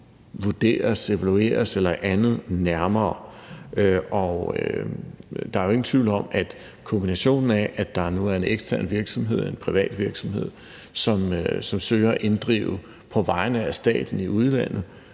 vurderes, evalueres nærmere eller andet. Der er jo ingen tvivl om, at kombinationen af, at der nu er en ekstern virksomhed, en privat virksomhed, som søger at inddrive i udlandet